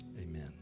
amen